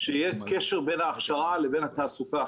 שיהיה קשר בין ההכשרה לבין התעסוקה